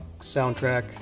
soundtrack